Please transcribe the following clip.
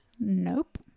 Nope